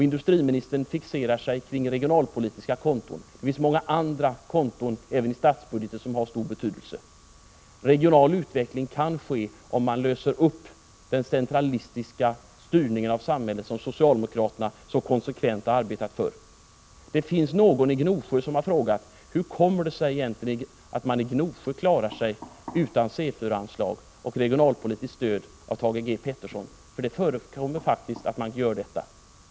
Industriministern fixerar sig vid regionalpolitiska konton. Det finns många andra konton även i statsbudgeten som har stor betydelse. Regional utveckling kan ske om man löser upp den centralistiska styrningen av samhället som socialdemokraterna så konsekvent har arbetat för. Någon i Gnosjö har frågat hur det egentligen kommer sig att man där klarar sig utan C 4-anslag och regionalpolitiskt stöd från Thage G. Peterson — det förekommer faktiskt att man gör det.